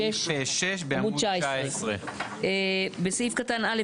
סעיף 6 בעמוד 19. בסעיף קטן (א),